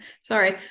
sorry